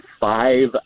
five